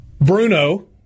Bruno